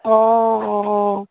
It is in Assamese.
অঁ অঁ